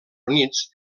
units